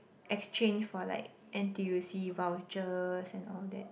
exchange for like N_T_U_C vouchers and all that